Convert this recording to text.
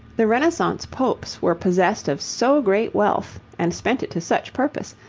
the renaissance popes were possessed of so great wealth, and spent it to such purpose,